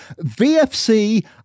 VFC